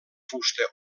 fusta